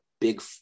big